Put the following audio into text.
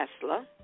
Tesla